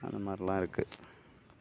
அந்த மாதிரிலாம் இருக்கு